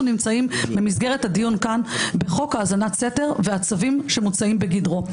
אנחנו נמצאים במסגרת הדיון כאן בחוק האזנת סתר והצווים שמוצאים בגדרו.